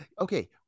okay